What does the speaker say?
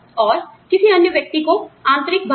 और किसी अन्य व्यक्ति को आंतरिक भाग